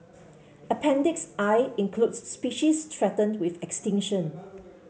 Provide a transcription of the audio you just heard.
appendix I includes species threatened with extinction